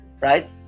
right